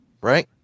right